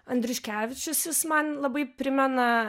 andriuškevičius jis man labai primena